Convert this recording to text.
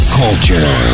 culture